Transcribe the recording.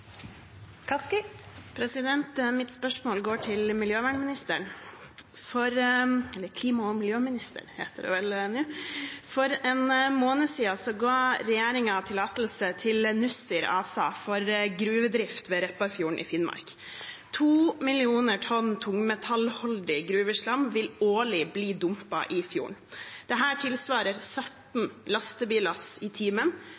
Mitt spørsmål går til klima- og miljøministeren. For en måned siden ga regjeringen Nussir ASA tillatelse til gruvedrift ved Repparfjorden i Finnmark. 2 mill. tonn tungmetallholdig gruveslam vil årlig bli dumpet i fjorden. Dette tilsvarer 17 lastebillass i timen